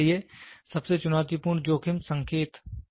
उदाहरण के लिए सबसे चुनौती पूर्ण जोखिम संकेत